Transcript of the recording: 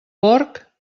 porc